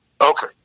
Okay